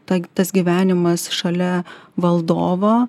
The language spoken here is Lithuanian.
ta tas gyvenimas šalia valdovo